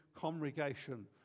congregation